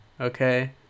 okay